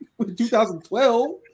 2012